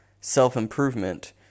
self-improvement